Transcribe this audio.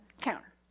counter